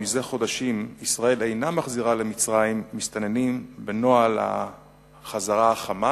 זה חודשים ישראל אינה מחזירה למצרים מסתננים בנוהל ההחזרה החמה,